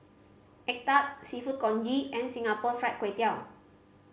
egg tart Seafood Congee and Singapore Fried Kway Tiao